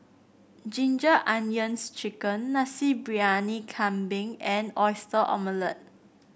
Ginger Onions chicken Nasi Briyani Kambing and Oyster Omelette